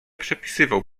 przepisywał